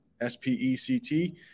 S-P-E-C-T